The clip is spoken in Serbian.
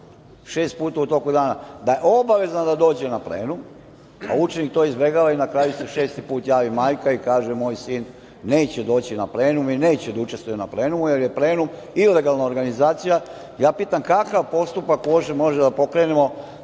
puta u toku dana da obavezno dođe na plenum, a učenik to izbegava i na kraju se šesti put javi majka i kaže - moj sin neće doći na plenum i neće da učestvuje na plenumu, jer je plenum ilegalna organizacija, ja pitam kakav postupak uopšte mogu da pokrenemo